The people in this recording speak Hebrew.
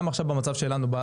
למה עכשיו במצב שלנו,